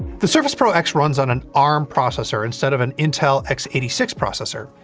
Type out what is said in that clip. the surface pro x runs on an arm processor instead of an intel x eight six processor.